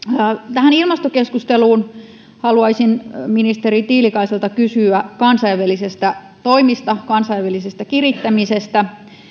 tähän ilmastokeskusteluun liittyen haluaisin ministeri tiilikaiselta kysyä kansainvälisistä toimista kansainvälisestä kirittämisestä